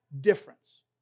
difference